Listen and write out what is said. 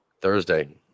thursday